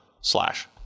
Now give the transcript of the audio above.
slash